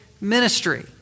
ministry